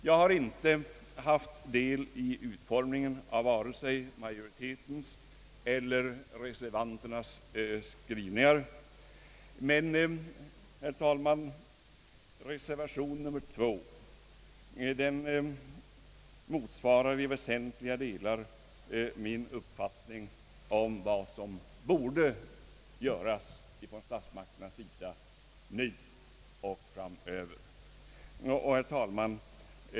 Jag har inte haft del i utformningen av vare sig majoritetens eller reservanternas skrivning, men, herr talman, den med 2 betecknade reservationen motsvarar i väsentliga delar min uppfattning om vad som nu och framöver borde göras av statsmakterna. Herr talman!